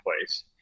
place